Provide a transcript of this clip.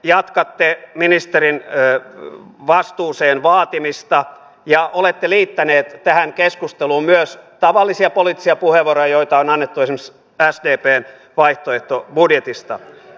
te jatkatte ministerin vastuuseen vaatimista ja olette liittäneet tähän keskusteluun myös tavallisia poliittisia puheenvuoroja joita on annettu esimerkiksi sdpn vaihtoehtobudjetista